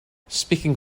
speaking